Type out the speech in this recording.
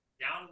Down